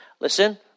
Listen